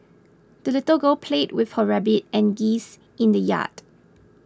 the little girl played with her rabbit and geese in the yard